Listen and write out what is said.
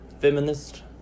feminist